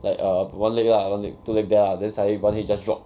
like err one leg lah one leg two leg there lah then suddenly one head just drop